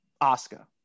Oscar